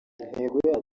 intego